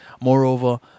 moreover